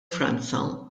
franza